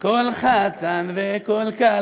קול חתן וקול כלה.